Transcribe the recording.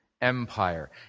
Empire